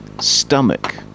stomach